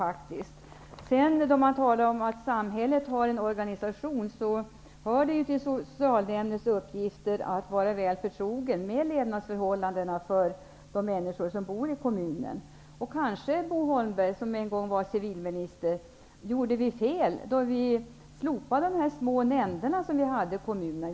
Det har talats om samhällets organisation. Det hör till socialnämndens uppgifter att vara väl förtrogen med levnadsförhållandena för de människor som bor i kommunen. Kanske gjorde vi fel -- Bo Holmberg, som en gång var civilminister -- när vi slopade de små nämnder som tidigare fanns i kommunerna.